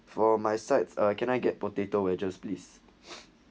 for my sights or can I get potato wedges please